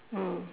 mm